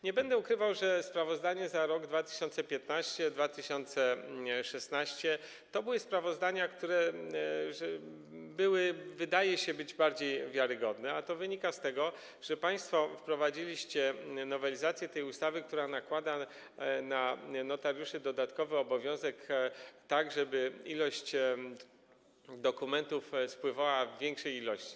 Nie będę ukrywał, że sprawozdania za lata 2015, 2016 były sprawozdaniami, które były, wydaje się, bardziej wiarygodne, a to wynika z tego, że państwo wprowadziliście nowelizację tej ustawy, która nakłada na notariuszy dodatkowy obowiązek, tak żeby dokumenty spływały w większej ilości.